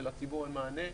ולציבור אין מענה,